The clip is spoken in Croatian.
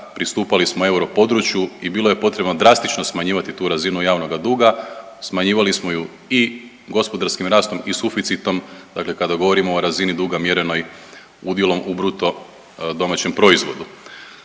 pristupali smo europodručju i bilo je potrebno drastično smanjivati tu razinu javnoga duga. Smanjivali smo je i gospodarskim rastom i suficitom. Dakle, kada govorimo o razini duga mjerenoj udjelom u bruto domaćem proizvodu.